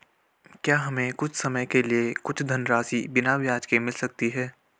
क्या हमें कुछ समय के लिए कुछ धनराशि बिना ब्याज के मिल सकती है?